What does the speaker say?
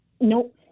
Nope